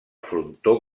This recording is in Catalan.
frontó